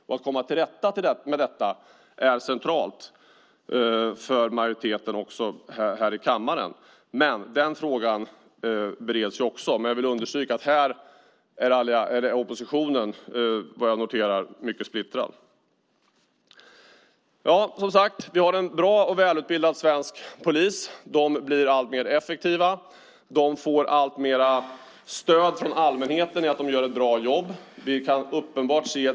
Det är centralt också för majoriteten här i kammaren att man kommer till rätta med detta. Den frågan bereds också. Men jag vill understryka att oppositionen här är mycket splittrad. Vi har en bra och välutbildad svensk polis. Polisen blir alltmer effektiv. Polisen får alltmer stöd från allmänheten när det gäller att man gör ett bra jobb.